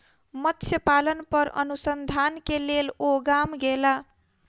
मत्स्य पालन पर अनुसंधान के लेल ओ गाम गेला